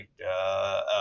right